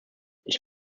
ich